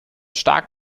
stark